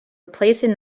replacing